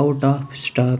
out of stock